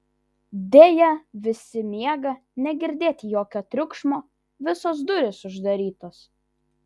deja visi miega negirdėt jokio triukšmo visos durys uždarytos